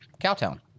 Cowtown